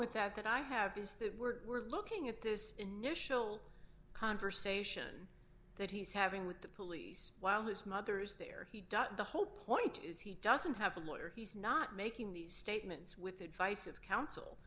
with that that i have is that we're looking at this initial conversation that he's having with the police while his mother's there the whole point is he doesn't have a lawyer he's not making these statements with the advice of coun